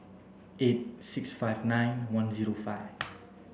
eight six five nine one zero five